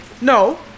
No